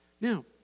Now